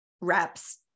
reps